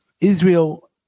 Israel